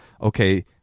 okay